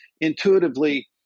intuitively